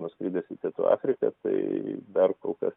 nuskridęs į pietų afriką tai dar kol kas